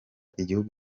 igihugu